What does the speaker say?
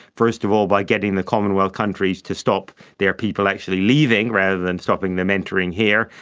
first of all by getting the commonwealth countries to stop their people actually leaving rather than stopping them entering here,